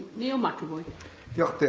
neil mcevoy yeah